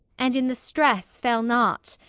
and in the stress fell not,